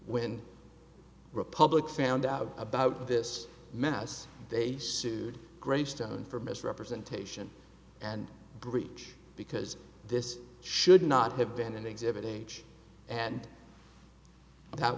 when republic found out about this mess they sued greystone for misrepresentation and breach because this should not have been an exhibit age and that